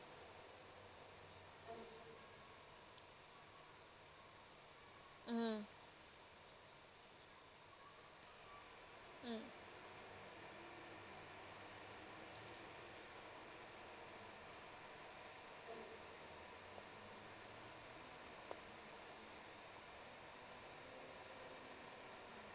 mm mm